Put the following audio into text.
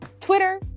twitter